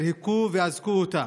הם היכו ואזקו אותם,